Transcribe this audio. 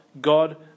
God